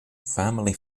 family